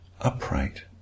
upright